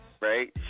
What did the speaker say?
right